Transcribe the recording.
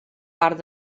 part